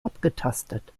abgetastet